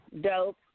Dope